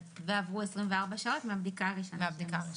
ועברו 24 שעות מהבדיקה הראשונה.